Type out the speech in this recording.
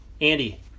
Andy